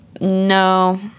no